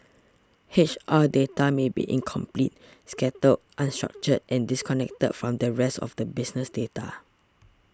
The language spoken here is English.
H R data may be incomplete scattered unstructured and disconnected from the rest of the business data